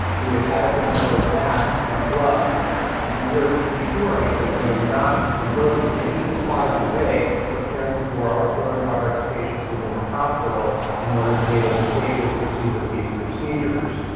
do we have adequate number of masks and gloves and we're ensuring that we are not diverting any supplies away for caring for our coronavirus patients within the hospital in order to be able to safely proceed with these procedures.